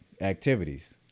activities